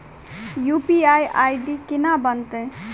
UPI ID केना बनतै?